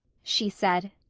she said.